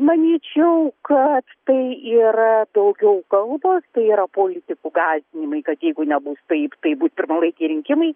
manyčiau kad tai yra daugiau kalbos tai yra politikų gąsdinimai kad jeigu nebus taip tai bus pirmalaikiai rinkimai